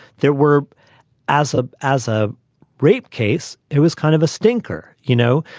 there were as a as a rape case, it was kind of a stinker, you know.